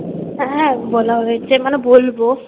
হ্যাঁ বলা হয়েছে মানে বলব